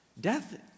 Death